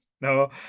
no